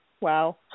Wow